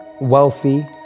Wealthy